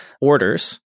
orders